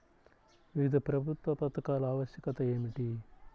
వివిధ ప్రభుత్వ పథకాల ఆవశ్యకత ఏమిటీ?